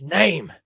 name